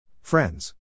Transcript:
Friends